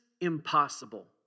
impossible